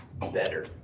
better